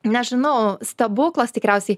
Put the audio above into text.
nežinau stebuklas tikriausiai